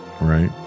right